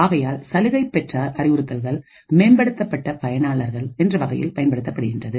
ஆகையால் சலுகை பெற்றார் அறிவுறுத்தல்கள்மேம்படுத்தப்பட்ட பயனாளர்கள் என்ற வகையில் பயன்படுத்தப்படுகின்றது